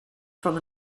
from